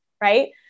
right